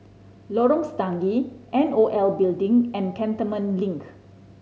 Lorong Stangee N O L Building and Cantonment Link